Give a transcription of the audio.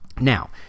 Now